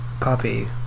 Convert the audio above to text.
puppy